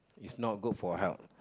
it's not good for health